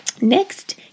Next